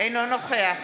אינו נוכח